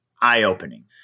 eye-opening